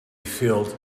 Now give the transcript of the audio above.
filled